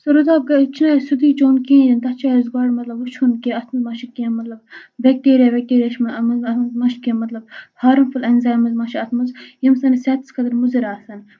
سُہ روٗدٕ آب چھُنہٕ اَسہِ سیوٚدُے چیوٚن کِہیٖنۍ تَتھ چھُ اَسہِ گۄڈٕ مطلب وُچھُن کہِ اتھ مَہ چھُ کیٚنٛہہ مطلب بٮ۪کٹیٚرِیا اَتھ منٛز اَتھ ما چھُ کیٚنٛہہ مطلب ہارمفُل اٮ۪نزیمٕز ما چھُ اَتھ منٛز ییِم سٲنِس صحتس خٲطرٕ مضِرآسن